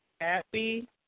Happy